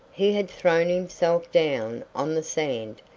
he had thrown himself down on the sand,